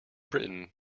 britain